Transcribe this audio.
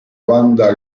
banda